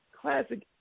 classic